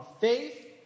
faith